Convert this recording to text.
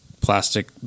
plastic